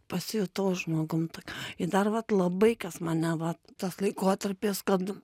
pasijutau žmogum tok ir dar vat labai kas mane va tas laikotarpis kad